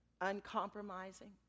Uncompromising